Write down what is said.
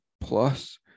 plus